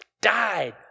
died